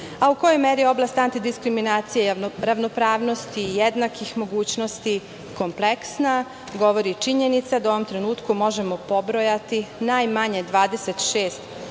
kojoj meri oblast antidiskriminacije ravnopravnosti, jednakih mogućnosti, kompleksna govori i činjenica da u ovom trenutku možemo pobrojati najmanje 26